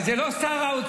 אז זה לא שר האוצר.